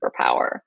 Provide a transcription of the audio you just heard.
superpower